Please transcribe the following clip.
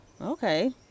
Okay